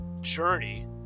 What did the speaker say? journey